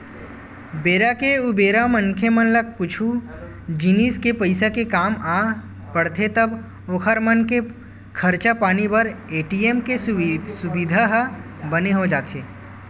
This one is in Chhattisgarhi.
बेरा के उबेरा मनखे मन ला कुछु जिनिस के पइसा के काम आ पड़थे तब ओखर मन के खरचा पानी बर ए.टी.एम के सुबिधा ह बने हो जाथे